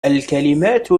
الكلمات